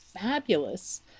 fabulous